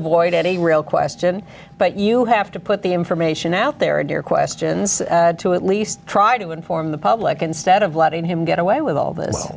avoid any real question but you have to put the information out there and your questions to at least try to inform the public instead of letting him get away with all this